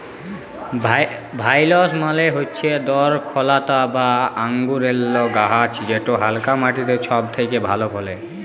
ভাইলস মালে হচ্যে দরখলতা বা আঙুরেল্লে গাহাচ যেট হালকা মাটিতে ছব থ্যাকে ভালো ফলে